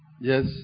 Yes